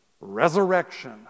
Resurrection